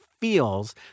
feels